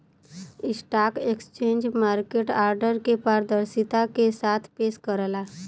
stock exchange market order के पारदर्शिता के साथ पेश करला